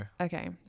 Okay